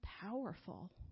powerful